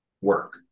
work